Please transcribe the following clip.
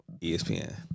ESPN